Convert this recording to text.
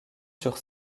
sur